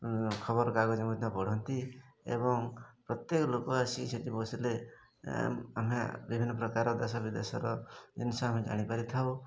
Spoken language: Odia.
ଖବରକାଗଜ ମଧ୍ୟ ପଢ଼ନ୍ତି ଏବଂ ପ୍ରତ୍ୟେକ ଲୋକ ଆସି ସେଠି ବସିଲେ ଆମେ ବିଭିନ୍ନ ପ୍ରକାର ଦେଶ ବିଦେଶର ଜିନିଷ ଆମେ ଜାଣିପାରିଥାଉ